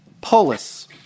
polis